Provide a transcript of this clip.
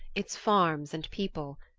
its farms and people.